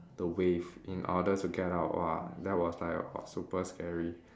the wave in order to get out !whoa! that was like uh super scary